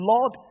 Lord